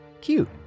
Cute